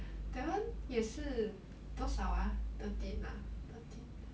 that [one] 也是多少 ah thirteen ah thirteen